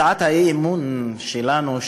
הצעת האי-אמון שלנו,